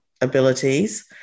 abilities